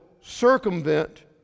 circumvent